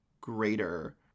greater